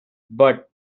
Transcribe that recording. but